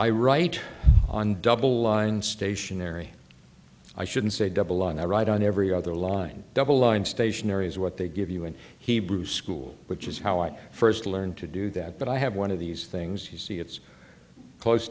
i write on double line stationery i shouldn't say double on i write on every other line double line stationery is what they give you and hebrew school which is how i first learned to do that but i have one of these things you see it's close